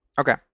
Okay